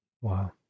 Wow